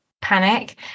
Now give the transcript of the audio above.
panic